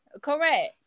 Correct